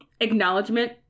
acknowledgement